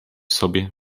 sobie